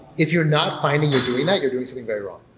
if you're not finding you're doing that, you're doing something very wrong.